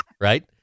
right